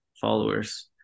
followers